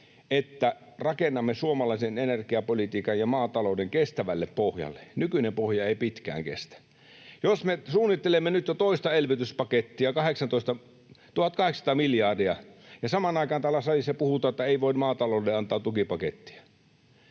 että rakennamme suomalaisen energiapolitiikan ja maatalouden kestävälle pohjalle. Nykyinen pohja ei pitkään kestä. Me suunnittelemme nyt jo toista elvytyspakettia, 1 800 miljardia, ja samaan aikaan täällä salissa puhutaan, että ei voi maataloudelle antaa tukipakettia.